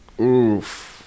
Oof